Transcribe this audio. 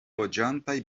loĝantaj